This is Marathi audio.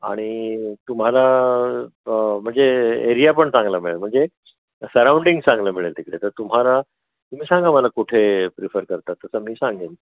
आणि तुम्हाला म्हणजे एरिया पण चांगला मिळेल म्हणजे सराऊंडिंग चांगलं मिळेल तिकडे तर तुम्हाला तुम्ही सांगा मला कुठे प्रीफर करता तसं मी सांगेन